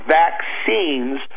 vaccines